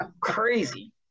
crazy